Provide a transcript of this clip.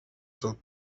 sud